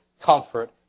comfort